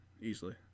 easily